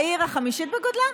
העיר, החמישית בגודלה?